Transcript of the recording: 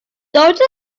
don’t